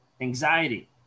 Anxiety